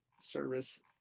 service